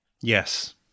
Yes